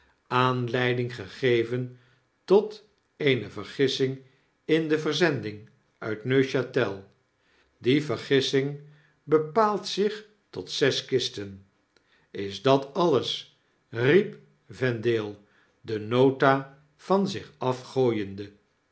aanleiding gegeven tot eene vergissing in de verzending uit n e uchatel de vergissing bepaalt zich tot zes kisten is dat alles riep vendale de nota van zich af